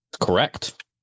Correct